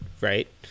right